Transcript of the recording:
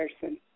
person